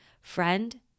Friend